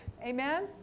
Amen